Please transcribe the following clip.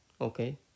okay